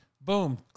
boom